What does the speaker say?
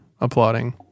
applauding